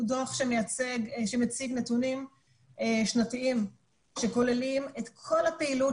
הוא דוח שמציג נתונים שנתיים שכוללים את כל הפעילות